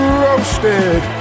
roasted